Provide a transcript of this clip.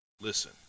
Listen